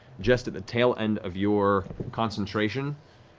just at the tail end of your concentration.